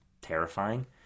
terrifying